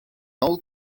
all